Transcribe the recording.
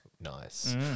Nice